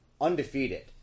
undefeated